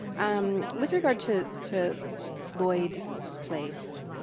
um with regard to to floyd place,